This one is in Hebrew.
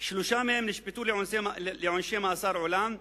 שלושה מהם נשפטו לעונשי מאסר עולם,